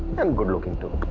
and good-looking too.